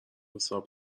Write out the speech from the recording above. حساب